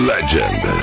Legend